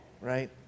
Right